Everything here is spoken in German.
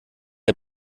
der